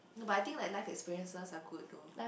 no but I think that life experiences are good though